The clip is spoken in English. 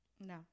No